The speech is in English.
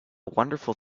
wonderful